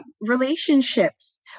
relationships